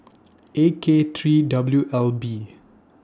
A K three W L B